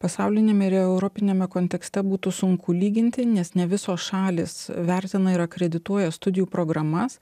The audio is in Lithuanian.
pasauliniame ir europiniame kontekste būtų sunku lyginti nes ne visos šalys vertina ir akredituoja studijų programas